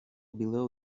below